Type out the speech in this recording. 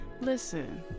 Listen